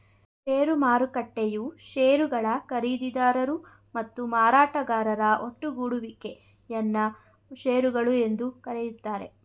ಷೇರು ಮಾರುಕಟ್ಟೆಯು ಶೇರುಗಳ ಖರೀದಿದಾರರು ಮತ್ತು ಮಾರಾಟಗಾರರ ಒಟ್ಟುಗೂಡುವಿಕೆ ಯನ್ನ ಶೇರುಗಳು ಎಂದು ಕರೆಯುತ್ತಾರೆ